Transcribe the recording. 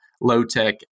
low-tech